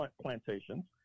plantations